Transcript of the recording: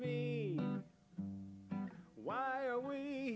e why are we